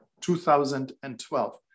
2012